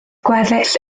gweddill